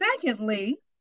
Secondly